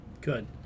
Good